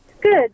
Good